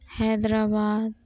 Hyderabad